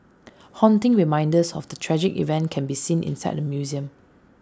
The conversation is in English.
haunting reminders of the tragic event can be seen inside the museum